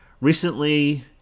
Recently